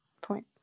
point